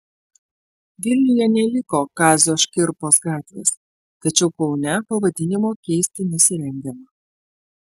vilniuje neliko kazio škirpos gatvės tačiau kaune pavadinimo keisti nesirengiama